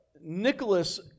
Nicholas